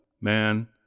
man